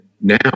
now